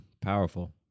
Powerful